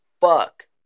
fuck